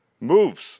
moves